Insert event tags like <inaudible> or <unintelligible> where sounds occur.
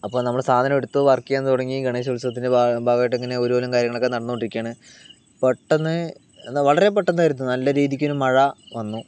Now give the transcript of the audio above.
അപ്പോൾ നമ്മള് സാധനം എടുത്തു വർക്ക് ചെയ്യാൻ തുടങ്ങി ഗണേശോത്സവത്തിന്റെ ഭാഗ ഭാഗമായിട്ടിങ്ങനെ <unintelligible> കാര്യങ്ങളൊക്കെ നടന്നോണ്ടിരിയ്ക്കാണ് പെട്ടെന്ന് വളരെ പെട്ടെന്നാരുന്നു നല്ല രീതിയ്ക്കൊരു മഴ വന്നു